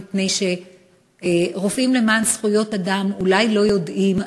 מפני ש"רופאים לזכויות אדם" אולי לא יודעים,